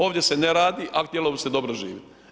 Ovdje se ne radi a htjelo bi se dobro živjeti.